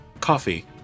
coffee